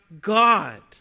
God